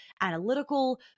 analytical